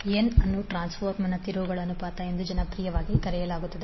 n ಅನ್ನು ಟ್ರಾನ್ಸ್ಫಾರ್ಮರ್ನ ತಿರುವುಗಳ ಅನುಪಾತ ಎಂದು ಜನಪ್ರಿಯವಾಗಿ ಕರೆಯಲಾಗುತ್ತದೆ